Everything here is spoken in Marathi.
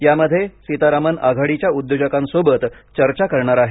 यामध्ये सीतारामण आघाडीच्या उद्योजकांसोबत चर्चा करणार आहेत